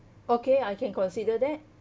okay I can consider that